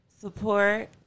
support